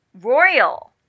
Royal